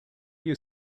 you